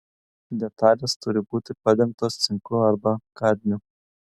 detalės turi būti padengtos cinku arba kadmiu